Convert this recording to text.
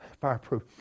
Fireproof